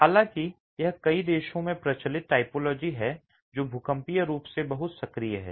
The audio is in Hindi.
हालाँकि यह कई देशों में प्रचलित टाइपोलॉजी है जो भूकंपीय रूप से बहुत सक्रिय हैं